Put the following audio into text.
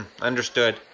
understood